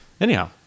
anyhow